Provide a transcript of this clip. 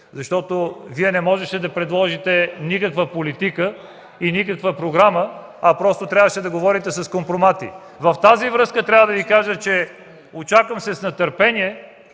защото Вие не можехте да предложите никаква политика и никаква програма, а просто трябваше да говорите с компромати. В тази връзка трябва да Ви кажа, че с нетърпение